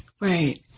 Right